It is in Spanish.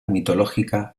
mitológica